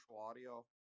audio –